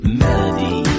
melody